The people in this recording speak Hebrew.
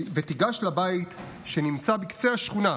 ותיגש לבית שנמצא בקצה השכונה.